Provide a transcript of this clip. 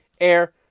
air